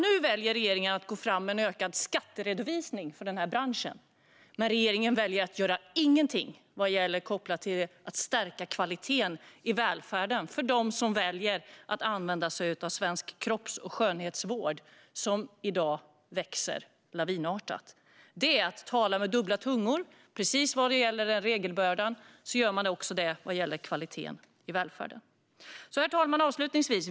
Nu väljer regeringen att gå fram med en ökad skatteredovisning för branschen, men regeringen väljer att göra ingenting vad gäller att stärka kvaliteten i välfärden för dem som väljer att använda sig av svensk kropps och skönhetsvård. Det är en bransch som i dag växer lavinartat. Detta är att tala med kluven tunga. Precis som man gör vad gäller regelbördan gör man också vad gäller kvaliteten i välfärden. Herr talman!